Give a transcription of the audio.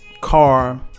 car